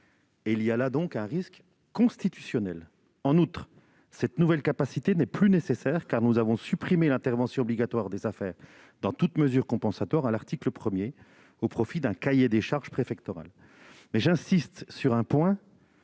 Il y a donc là un risque constitutionnel. En outre, cette nouvelle capacité n'est plus nécessaire, car nous avons supprimé l'intervention obligatoire des Safer dans toute mesure compensatoire à l'article 1, au profit d'un cahier des charges préfectoral. J'insiste sur ce point